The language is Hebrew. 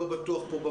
לא בטוח שפה,